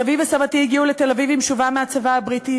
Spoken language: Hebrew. סבי וסבתי הגיעו לתל-אביב עם שובם מהצבא הבריטי,